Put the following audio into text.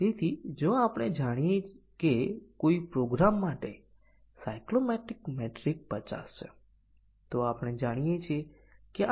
તેથી આ એવા ટેસ્ટીંગ કેસો છે કે જે આ સત્ય મૂલ્યોને સુયોજિત કરે છે MCDC કવરેજ પ્રાપ્ત કરશે